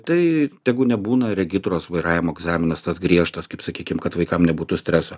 tai tegu nebūna regitros vairavimo egzaminas tas griežtas kaip sakykim kad vaikams nebūtų streso